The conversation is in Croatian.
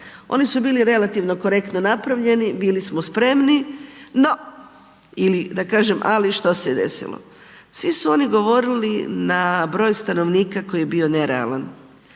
Oni su bili relativno korektno napravljeni, bili smo spremni no, ili da kažem ali što se desilo. Svi su oni govorili na broj stanovnika koji je bio nerealan.